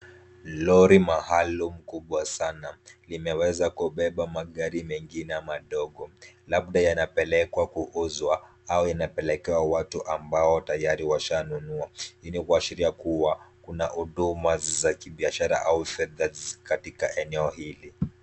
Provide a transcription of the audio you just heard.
Lori maalum kubwa sana, limeweza kubeba magari mengine madogo. Labda yanapelekwa kuuzwa au yanapelekwa watu ambao tayari washanunua. Hii ni kuashiria kuwa kuna huduma za kibiashara au huduma katika eneo hili.